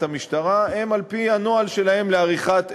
המשטרה הן על-פי הנוהל שלהם לעריכת אירועים.